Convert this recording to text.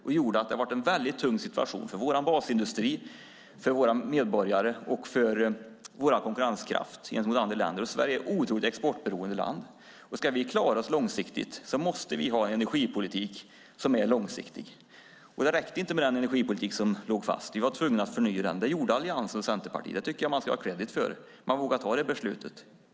Det gjorde att det blev en väldigt tung situation för vår basindustri, för våra medborgare och för vår konkurrenskraft gentemot andra länder. Sverige är ett otroligt exportberoende land. Ska vi klara oss långsiktigt måste vi ha en energipolitik som är långsiktig. Det räckte inte med den energipolitik som låg fast. Vi var tvungna att förnya den. Det gjorde Alliansen och Centerpartiet. Det tycker jag att man ska ha kredit för. Man vågade ta det beslutet.